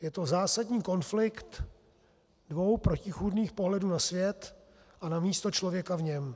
Je to zásadní konflikt dvou protichůdných pohledů na svět a na místo člověka v něm.